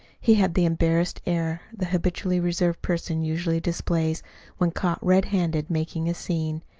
he had the embarrassed air the habitually reserved person usually displays when caught red-handed making a scene.